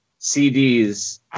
CDs